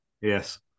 Yes